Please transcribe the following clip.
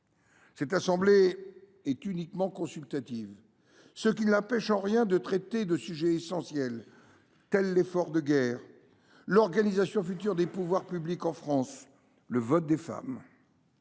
Celle ci est uniquement consultative, ce qui ne l’empêche en rien de traiter de sujets essentiels, tels que l’effort de guerre, l’organisation future des pouvoirs publics en France, le vote des femmes.